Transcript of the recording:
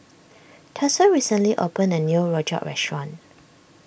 Tatsuo recently opened a new Rojak restaurant